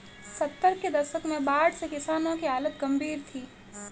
सत्तर के दशक में बाढ़ से किसानों की हालत गंभीर थी